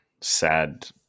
sad